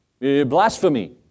Blasphemy